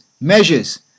measures